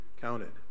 counted